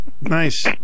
Nice